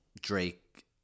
Drake